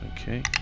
Okay